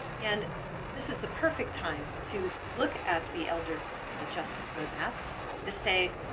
and this is a perfect time to look at the elder justice roadmap and to say,